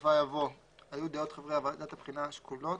בסופה יבוא "היו דעות חברי ועדת הבחינה שקולות,